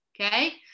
Okay